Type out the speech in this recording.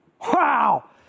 Wow